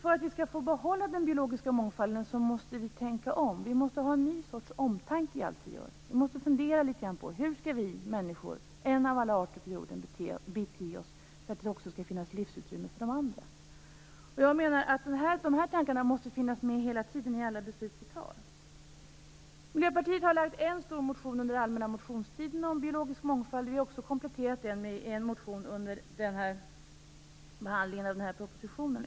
För att vi skall få behålla den biologiska mångfalden måste vi tänka om. Dessa tankar måste finnas med hela tiden i alla beslut som vi fattar. Miljöpartiet har väckt en stor motion under den allmänna motionstiden om biologisk mångfald.